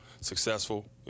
successful